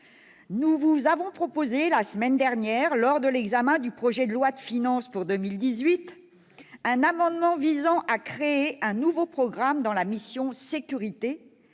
nous vous avons proposé, la semaine dernière, lors de l'examen du projet de loi de finances pour 2018, un amendement visant à créer un nouveau programme dans la mission « Sécurités